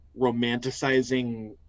romanticizing